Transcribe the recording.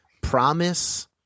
promise